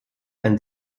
ein